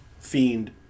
Fiend